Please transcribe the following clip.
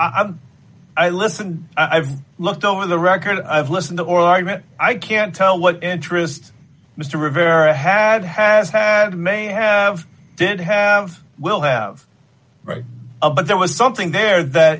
don't i listen i've looked over the record i've listened to or i met i can tell what interest mr rivera had has had may have did have will have right a but there was something there that